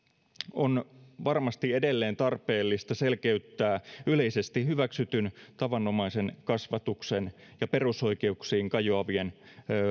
on varmasti edelleen tarpeellista selkeyttää yleisesti hyväksytyn tavanomaisen kasvatuksen ja perusoikeuksiin kajoavien